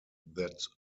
that